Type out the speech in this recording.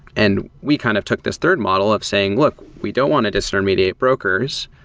and we kind of took this third model of saying, look, we don't want to disintermediate brokers.